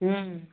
हँ